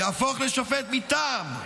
יהפוך לשופט מטעם.